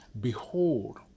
Behold